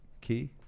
key